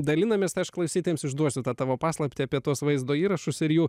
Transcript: dalinamės tai aš klausytojams išduosiu tą tavo paslaptį apie tuos vaizdo įrašus ir jų